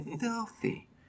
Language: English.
filthy